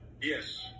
Yes